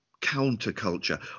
counterculture